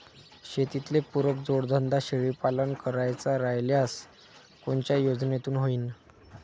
शेतीले पुरक जोडधंदा शेळीपालन करायचा राह्यल्यास कोनच्या योजनेतून होईन?